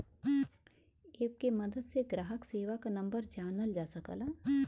app के मदद से ग्राहक सेवा क नंबर जानल जा सकला